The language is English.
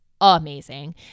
amazing